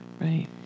Right